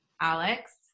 Alex